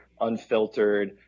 unfiltered